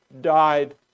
died